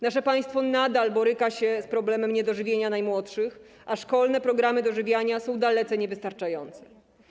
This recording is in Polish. Nasze państwo nadal boryka się z problemem niedożywienia najmłodszych, a szkolne programy dożywiania są dalece niewystarczające.